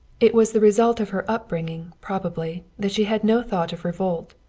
it was the result of her upbringing, probably, that she had no thought of revolt.